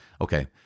Okay